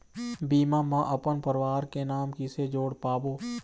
बीमा म अपन परवार के नाम किसे जोड़ पाबो?